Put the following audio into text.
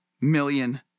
million